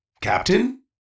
Captain